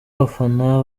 abafana